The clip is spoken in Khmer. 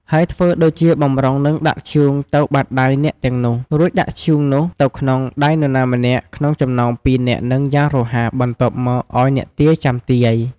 ហើយធ្វើដូចជាបម្រុងនឹងដាក់ធ្យូងទៅបាតដៃអ្នកទាំងនោះ រួចដាក់ធ្យូងនោះទៅក្នុងដៃនរណាម្នាក់ ក្នុងចំណោមពីរនាក់ហ្នឹងយ៉ាងរហ័ស បន្ទាប់មកឲ្យអ្នកទាយ ចាំទាយ។